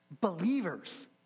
believers